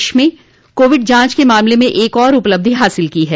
देश ने कोविड जांच के मामले में एक और उपलब्धि हासिल की है